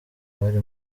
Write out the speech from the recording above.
bari